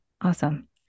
Awesome